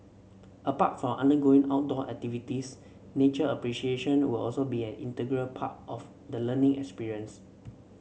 apart from undergoing outdoor activities nature appreciation will also be an integral part of the learning experience